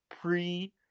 pre